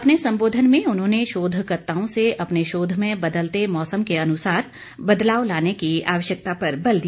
अपने संबोधन में उन्होंने शोधकर्ताओं से अपने शोध में बदलते मौसम के अनुसार बदलाव लाने की आवश्यकता पर बल दिया